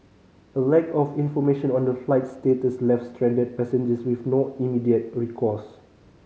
a lack of information on the flight status left stranded passengers with no immediate recourse